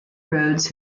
roads